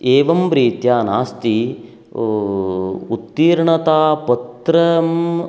एवं रीत्या नास्ति उत्तीर्णतापत्रम्